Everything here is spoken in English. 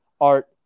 art